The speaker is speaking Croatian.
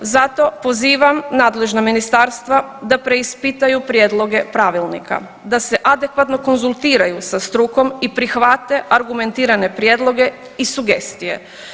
Zato pozivam nadležna ministarstva da preispitaju prijedloge pravilnika, da se adekvatno konzultiraju sa strukom i prihvate argumentirane prijedloge i sugestije.